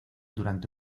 durante